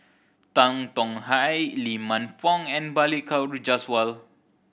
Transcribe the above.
Tan Tong Hye Lee Man Fong and Balli Kaur Jaswal